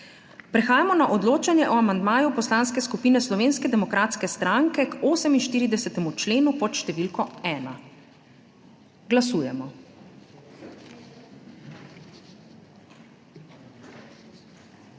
prehajamo na odločanje o amandmaju Poslanske skupine Slovenske demokratske stranke k 99. členu pod številko 1. Če